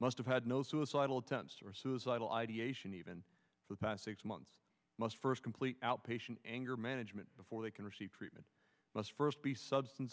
must have had no suicidal tents or suicidal ideation even for the past six months must first complete outpatient anger management before they can receive treatment must first be substance